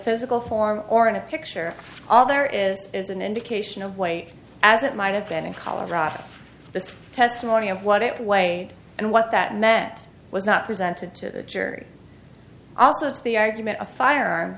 physical form or in a picture all there is is an indication of weight as it might have been in colorado the testimony of what it weighed and what that meant was not presented to the jury also to the argument of firearm